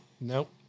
Nope